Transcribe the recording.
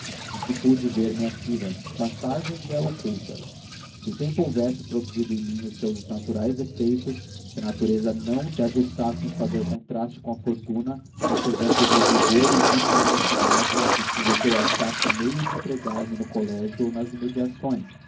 em que pude ver minha filha de passagem e a ocultas se o tempo houvesse produzido em mim os seus naturais efeitos se a natureza não se ajustasse em fazer contraste com a fortuna conservando me o vigor e o viço da mocidade é possível que eu achasse meio de empregar me no colégio ou nas imediações